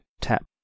tap